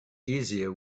easier